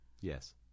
yes